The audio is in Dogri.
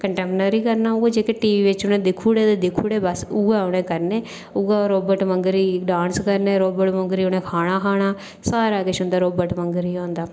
कंटैम्परी करना ओह् जेह्ड़े उ'नें टीवी पर दिक्खी ओड़े ते दिक्खी ओड़े उ'ऐ उ'नें करने ते बस उ'ऐ रोबोट आंह्गर डांस करना ते रोबोट आंह्गर खाना खाना सारा किश उं'दा रोबोट आंह्गर गै होंदा